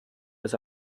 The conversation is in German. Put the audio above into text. bis